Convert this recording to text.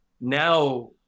Now